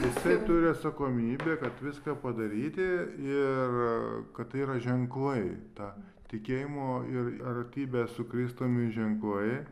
jisai turi atsakomybę kad viską padaryti ir kad tai yra ženklai tą tikėjimo ir artybės su kristumi ženklai